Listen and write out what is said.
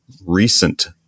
Recent